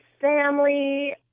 family